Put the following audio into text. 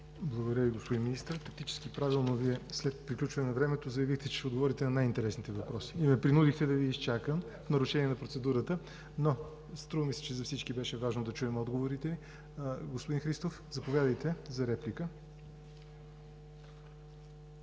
Благодаря Ви, господин Министър. Вие тактически правилно заявихте след приключване на времето, че ще отговорите на най-интересните въпроси и ме принудихте да Ви изчакам в нарушение на процедурата, но струва ми се, че за всички беше важно да чуем отговорите Ви. За реплика